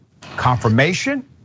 confirmation